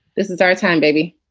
this is our time, baby.